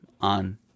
on